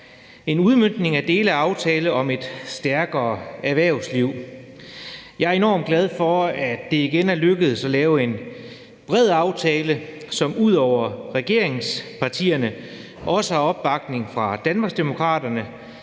en udmøntning af dele af »Aftale om et stærkere erhvervsliv«. Jeg er enormt glad for, at det igen er lykkedes at lave en bred aftale, som ud over regeringspartierne har opbakning fra Danmarksdemokraterne,